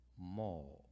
more